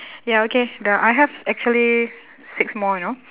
ya okay the I have actually six more you know